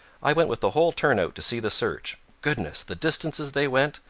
i went with the whole turnout to see the search. goodness! the distances they went,